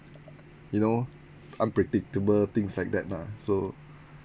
you know unpredictable things like that lah so